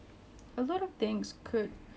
there's a lot of what ifs